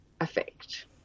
effect